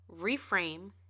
reframe